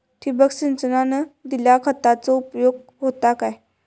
ठिबक सिंचनान दिल्या खतांचो उपयोग होता काय?